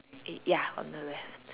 eh ya on the left